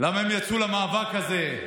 למה הם יצאו למאבק הזה?